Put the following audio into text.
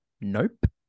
nope